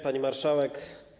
Pani Marszałek!